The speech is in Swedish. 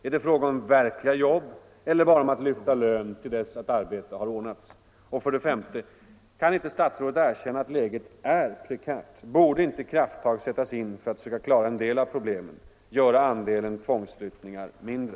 Är det fråga om verkliga jobb eller bara om att lyfta lön till dess att arbete har ordnats? 5. Kan inte statsrådet erkänna att läget är prekärt? Borde man inte ta krafttag för att söka klara en del av problemen och göra andelen tvångs — Nr 77